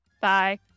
Bye